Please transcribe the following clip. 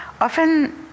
often